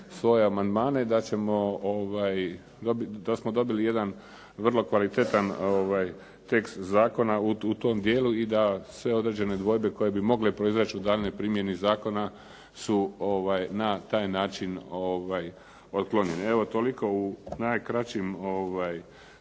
svoje amandmane da smo dobili jedan vrlo kvalitetan tekst zakona u tom dijelu i da sve određene dvojbe koje bi mogle proizaći u daljnjoj primjeni zakona su na taj način otklonjene. Evo, toliko u najkraćim